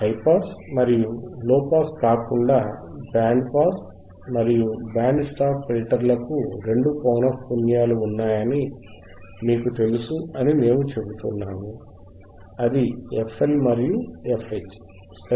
high pass మరియు low pass కాకుండా band pass మరియు బ్యాండ్ స్టాప్ ఫిల్టర్లకు రెండు పౌనఃపున్యాలు ఉన్నాయని మీకు తెలుసు అని మేము చెబుతున్నాము అది FL మరియు FH